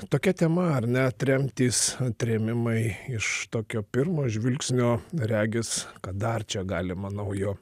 tokia tema ar ne tremtys trėmimai iš tokio pirmo žvilgsnio regis ką dar čia galima naujo